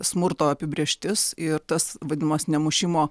smurto apibrėžtis ir tas vadinamas nemušimo